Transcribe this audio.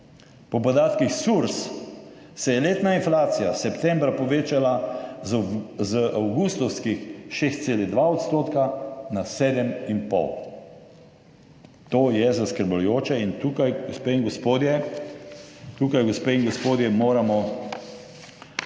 Po podatkih SURS se je letna inflacija septembra povečala z avgustovskih 6,2 % na 7 in pol. To je zaskrbljujoče in tukaj, gospe in gospodje, tukaj,